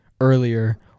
earlier